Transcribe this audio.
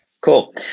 cool